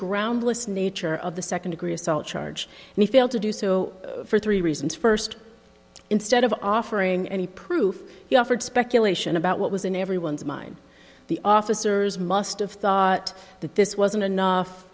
groundless nature of the second degree assault charge and he failed to do so for three reasons first instead of offering any proof he offered speculation about what was in everyone's mind the officers must have thought that this wasn't enough